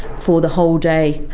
for the whole day.